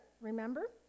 remember